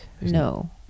No